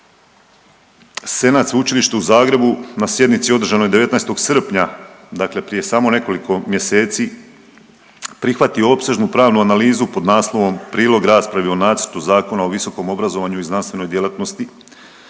Senat Sveučilišta u Zagrebu na sjednici održanoj 19. srpnja, dakle prije samo nekoliko mjeseci prihvatio opsežnu pravnu analizu pod naslovom prilog raspravi o nacrtu Zakona o visokom obrazovanju i znanstvenoj djelatnosti